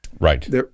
Right